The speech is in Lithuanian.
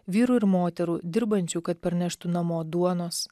vyrų ir moterų dirbančių kad parneštų namo duonos